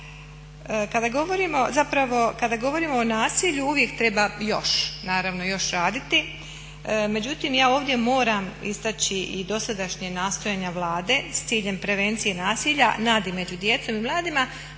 kada govorimo o nasilju uvijek treba još, naravno još raditi. Međutim, ja ovdje moram istaći i dosadašnja nastojanja Vlade s ciljem prevencije nasilja među djecom i mladima